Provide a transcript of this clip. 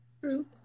True